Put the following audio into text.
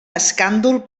escàndol